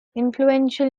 influential